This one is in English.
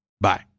Bye